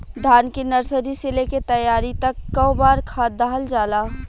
धान के नर्सरी से लेके तैयारी तक कौ बार खाद दहल जाला?